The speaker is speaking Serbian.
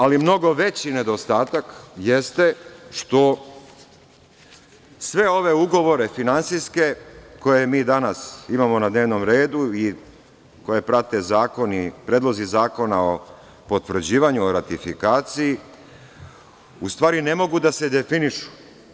Ali, mnogo veći nedostatak jeste što sve ove ugovore finansijske, koje mi danas imamo na dnevnom redu i koje prate zakoni, predlozi zakona o potvrđivanju, o ratifikaciji, u stvari ne mogu da se definišu.